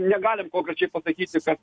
negalim konkrečiai pasakyti kad